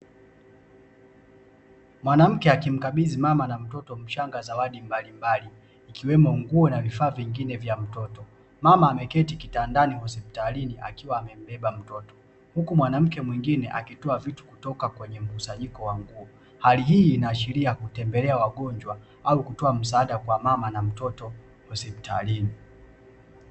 Mwanamke akimkabizi mama na mtoto mchanga zawadi mbalimbali ikiwemo nguo na vifaa vingine vya mtoto mama ameketi kitandani hospitalini akwa amembeba mtoto huku mwanamke mwingine akitoa vitu kutoka katika mkusanyiko wa nguo hali hii inaashiria kutembelea wagonjwa au kutoa msaada kwa mama na mtoto hospitalini.